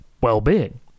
well-being